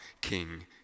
King